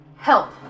Help